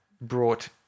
brought